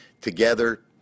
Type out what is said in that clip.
together